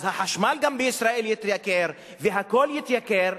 אז החשמל גם בישראל יתייקר והכול יתייקר,